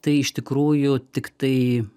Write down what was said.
tai iš tikrųjų tiktai